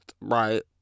right